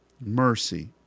mercy